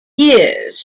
years